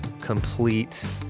complete